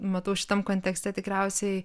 matau šitam kontekste tikriausiai